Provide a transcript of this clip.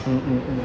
mm mm mm